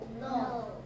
No